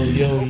yo